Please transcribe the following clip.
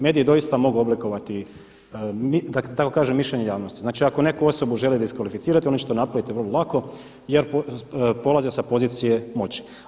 Mediji doista mogu oblikovati da tako kaže mišljenje javnosti, znači ako neku osobu žele diskvalificirati oni će to napraviti vrlo lako jer polaze sa pozicije moći.